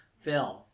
film